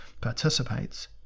participates